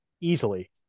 Easily